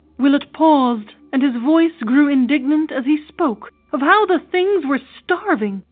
willett paused, and his voice grew indignant as he spoke of how the things were starving.